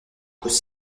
cause